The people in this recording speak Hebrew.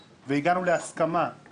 הבנתי מה זה ה-20 מיליון,